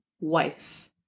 wife